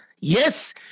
Yes